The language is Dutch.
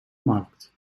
markt